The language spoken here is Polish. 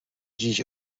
dziś